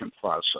process